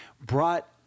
brought